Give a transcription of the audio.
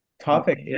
topic